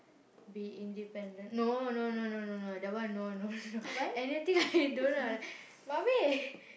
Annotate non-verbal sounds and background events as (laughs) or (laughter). be independent no no no no no no that one no no no (laughs) anything I don't know I like mummy